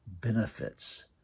benefits